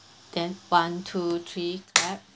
then one two three clap